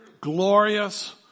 Glorious